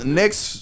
next